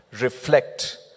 reflect